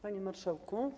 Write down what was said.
Panie Marszałku!